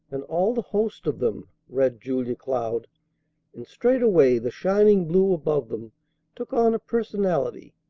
and all the host of them, read julia cloud and straightway the shining blue above them took on a personality,